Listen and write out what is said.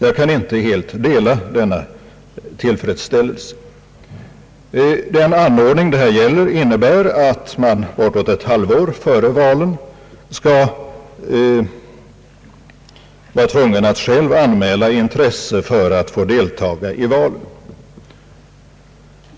Jag kan inte helt dela denna tillfredsställelse. Den anordning det här gäller innebär att man bortåt ett halvår före valen skall vara tvungen att själv anmäla intresse för att delta i valen.